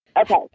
Okay